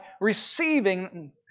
receiving